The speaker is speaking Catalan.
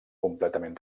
completament